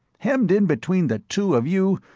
hemmed in between the two of you,